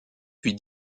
puis